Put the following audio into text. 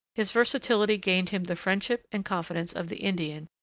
his versatility gained him the friendship and confidence of the indian,